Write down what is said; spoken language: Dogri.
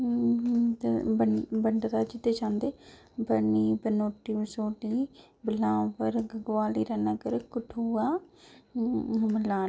ते बंडे दा कीते जंदे बनौटी महानपुर घगवाल हीरानगर कठुआ